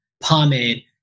pomade